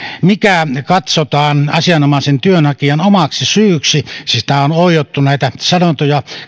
mikä katsotaan asianomaisen työnhakijan omaksi syyksi tässä on oiottu näitä sanontoja